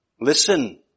listen